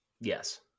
Yes